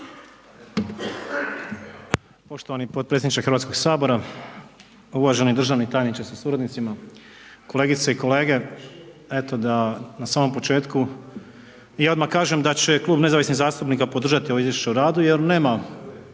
Poštovani podpredsjedniče Hrvatskog sabora, uvaženi državni tajniče sa suradnicima, kolegice i kolege, eto da na samom početku i odmah kažem da će Klub nezavisnih zastupnika podržati ovo izvješće o radu jer nema,